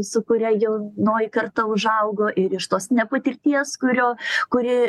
su kuria jaunoji karta užaugo ir iš tos ne patirties kurio kuri